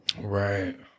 Right